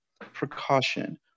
precaution